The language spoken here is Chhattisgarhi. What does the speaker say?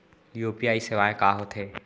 यू.पी.आई सेवाएं का होथे?